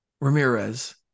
Ramirez